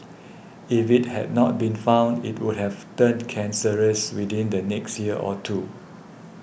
if it had not been found it would have turned cancerous within the next year or two